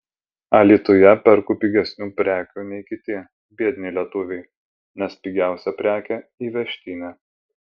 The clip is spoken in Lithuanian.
alytuje perku pigesnių prekių nei kiti biedni lietuviai nes pigiausia prekė įvežtinė